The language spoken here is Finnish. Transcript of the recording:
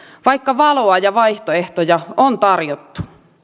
vaikka valoa ja vaihtoehtoja on tarjottu